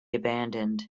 abandoned